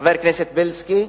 חבר הכנסת בילסקי,